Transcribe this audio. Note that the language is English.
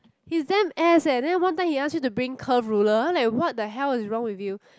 he's damn ass eh then one time he asked you to bring the curve ruler like what the hell is wrong with you